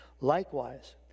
Likewise